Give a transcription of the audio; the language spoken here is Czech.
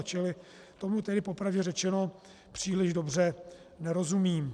Čili tomu tedy po pravdě řečeno příliš dobře nerozumím.